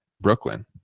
Brooklyn